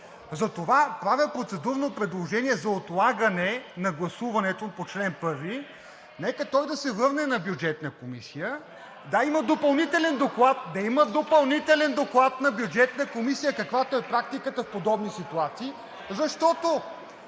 Затова правя процедурно предложение за отлагане на гласуването по чл. 1. Нека той да се върне на Бюджетната комисия. (Шум и реплики.) Да има допълнителен доклад на Бюджетната комисия, каквато е практиката в подобни ситуации, защото